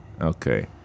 Okay